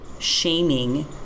shaming